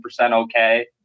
okay